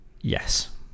Yes